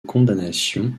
condamnation